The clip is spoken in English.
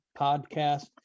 Podcast